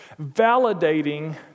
validating